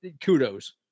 kudos